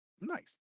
nice